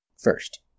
First